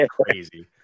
crazy